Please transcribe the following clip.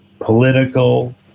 political